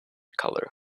color